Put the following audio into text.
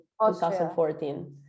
2014